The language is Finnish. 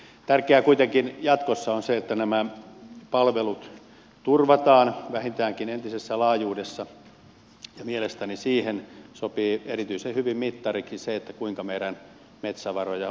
tärkeää kuitenkin jatkossa on se että nämä palvelut turvataan vähintäänkin entisessä laajuudessaan ja mielestäni siihen sopii erityisen hyvin mittariksi se kuinka meidän metsävaroja hyödynnetään